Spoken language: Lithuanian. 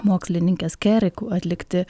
mokslininkės keri ku atlikti